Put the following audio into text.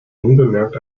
unbemerkt